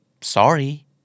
sorry